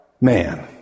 man